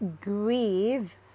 grieve